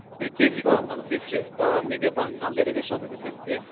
ए केजीको म त तिस रुपियाँ पावा निकै पऱ्यो नब्बे रुपियाँ सोच्दै थिएँ के